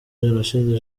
jenoside